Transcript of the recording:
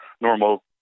normal